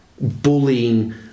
bullying